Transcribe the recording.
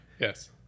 Yes